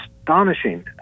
astonishing